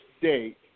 date